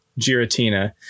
Giratina